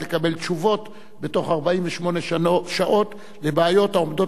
כדי לקבל בתוך 48 שעות תשובות לבעיות העומדות